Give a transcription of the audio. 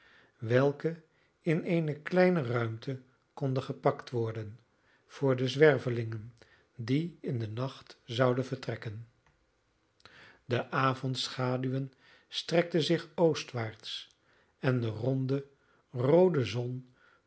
welke in eene kleine ruimte konden gepakt worden voor de zwervelingen die in den nacht zouden vertrekken de avondschaduwen strekten zich oostwaarts en de ronde roode zon